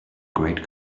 great